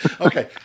Okay